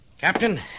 Captain